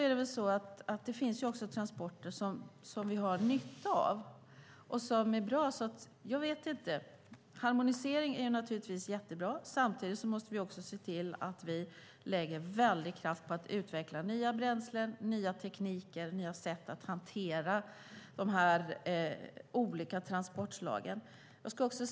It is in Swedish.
Det finns ju också transporter som vi har nytta av och som är bra. Harmonisering är naturligtvis mycket bra. Samtidigt måste vi också se till att vi lägger mycket kraft på att utveckla nya bränslen, nya tekniker och nya sätt att hantera dessa olika transportslag.